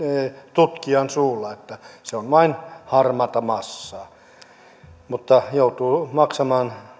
tutkijan suulla se on vain harmaata massaa ja joutuu maksamaan